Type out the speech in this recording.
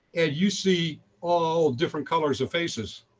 and you see all different colors of faces,